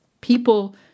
people